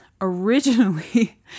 originally